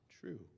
true